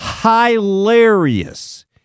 hilarious